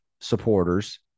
supporters